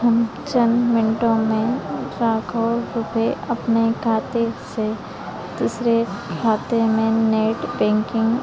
हम चंद मिनटों में लाखों रुपये अपने खाते से दूसरे खाते में नेट बैंकिंग